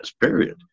period